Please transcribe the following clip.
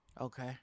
okay